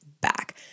back